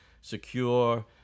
secure